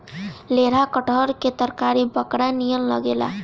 लेढ़ा कटहल के तरकारी बकरा नियन लागेला